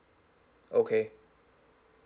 okay